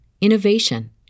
innovation